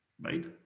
right